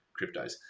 cryptos